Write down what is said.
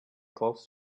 close